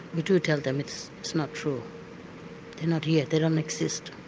we do tell them it's so not true, they're not here, they don't exist,